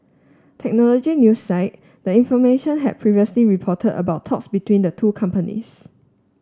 technology news site the information had previously reported about talks between the two companies